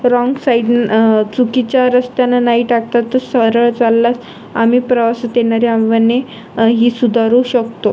wrong साईडने चुकीच्या रस्त्यानं नाही टाकतात तर सरळ चाललात आम्ही प्रवासात येणारी आव्हाने ही सुधारू शकतो